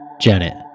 Janet